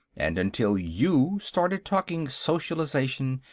and until you started talking socialization,